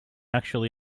actually